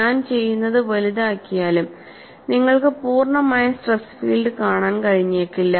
ഞാൻ ചെയ്യുന്നത് വലുതാക്കിയാലും നിങ്ങൾക്ക് പൂർണ്ണമായ സ്ട്രെസ് ഫീൽഡ് കാണാൻ കഴിഞ്ഞേക്കില്ല